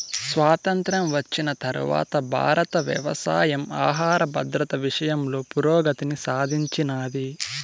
స్వాతంత్ర్యం వచ్చిన తరవాత భారతీయ వ్యవసాయం ఆహర భద్రత విషయంలో పురోగతిని సాధించినాది